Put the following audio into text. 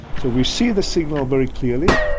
so we see the signal very clearly,